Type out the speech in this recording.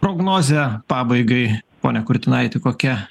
prognozę pabaigai pone kurtinaiti kokia